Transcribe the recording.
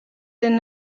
den